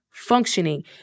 Functioning